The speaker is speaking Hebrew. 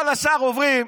כל השאר שעוברים,